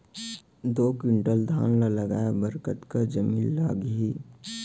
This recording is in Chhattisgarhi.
दो क्विंटल धान ला उगाए बर कतका जमीन लागही?